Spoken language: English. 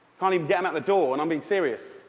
can't even get them out the door, and i'm being serious.